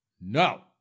no